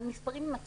המספרים הם עצומים.